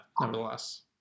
nevertheless